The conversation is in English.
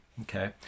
Okay